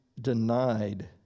denied